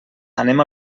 anem